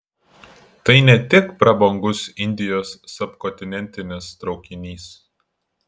tai ne tik prabangus indijos subkontinentinis traukinys